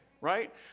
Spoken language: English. right